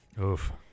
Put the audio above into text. Oof